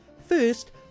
First